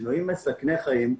שינויים מסכני חיים.